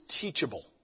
teachable